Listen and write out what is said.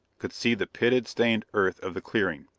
could see the pitted, stained earth of the clearing,